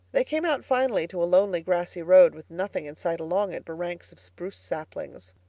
they came out finally to a lonely, grassy road, with nothing in sight along it but ranks of spruce saplings.